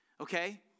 Okay